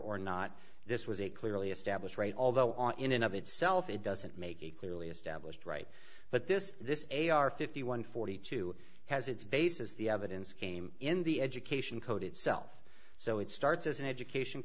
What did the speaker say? or not this was a clearly established right although on in and of itself it doesn't make it clearly established right but this this a r fifty one forty two has its basis the evidence came in the education code itself so it starts as an education